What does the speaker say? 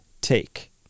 take